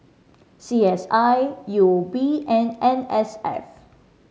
C S I U O B and N S F